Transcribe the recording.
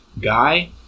guy